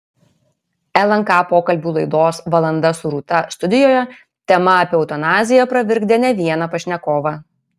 lnk pokalbių laidos valanda su rūta studijoje tema apie eutanaziją pravirkdė ne vieną pašnekovą